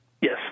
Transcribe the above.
yes